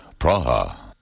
Praha